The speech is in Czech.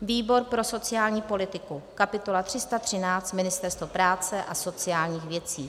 výbor pro sociální politiku kapitola 313 Ministerstvo práce a sociálních věcí;